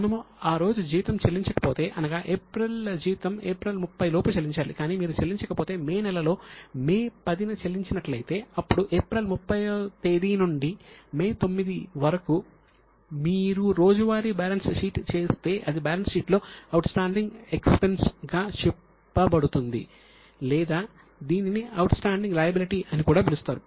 మనము ఆ రోజు జీతం చెల్లించకపోతే అనగా ఏప్రిల్ జీతం ఏప్రిల్ 30 లోపు చెల్లించాలి కాని మీరు చెల్లించకపోతే మే నెలలో మే 10 న చెల్లించినట్లయితే అప్పుడు ఏప్రిల్ 30 వ తేదీ నుండి మే 9 వరకు మీరు రోజువారీ బ్యాలెన్స్ షీట్ చేస్తే అది బ్యాలెన్స్ షీట్ లో అవుట్ స్టాండింగ్ ఎక్స్పెన్స్ అని కూడా పిలుస్తారు